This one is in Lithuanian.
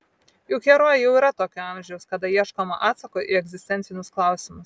juk herojai jau yra tokio amžiaus kada ieškoma atsako į egzistencinius klausimus